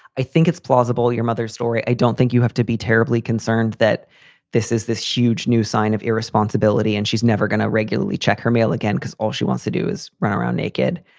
i think it's plausible. your mother's story. i don't think you have to be terribly concerned that this is this huge new sign of irresponsibility. and she's never going to regularly check her mail again because all she wants to do is run around naked.